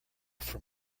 from